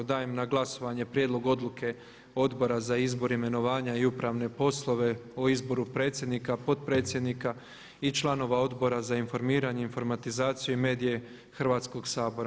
Dajem na glasovanje pPrijedlog odluke Odbora za izbor, imenovanja i upravne poslove o izboru predsjednika, potpredsjednika i članova Odbora za informiranje, informatizaciju i medije Hrvatskoga sabora.